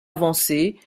avancés